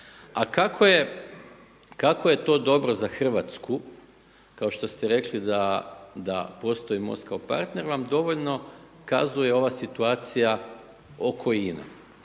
A kako je to dobro za Hrvatsku kao što ste rekli da postoji Most kao partner vam dovoljno kazuje ova situacija oko